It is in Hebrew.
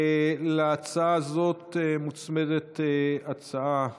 להצעה הזאת מוצמדת הצעה דומה,